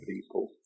people